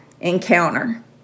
encounter